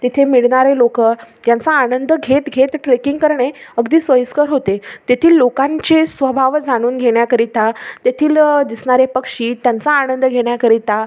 तिथे मिळणारे लोक यांचा आनंद घेत घेत ट्रेकिंग करणे अगदी सोयीस्कर होते तेथील लोकांचे स्वभाव जाणून घेण्याकरिता तेथील दिसणारे पक्षी त्यांचा आनंद घेण्याकरिता